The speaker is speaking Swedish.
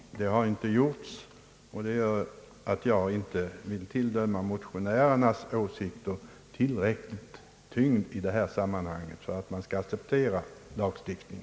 Det har inte skett, vilket gör att jag inte vill tillmäta motionärernas åsikter tillräcklig tyngd i detta sammanhang för att kunna acceptera en lagstiftning.